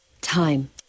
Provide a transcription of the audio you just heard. Time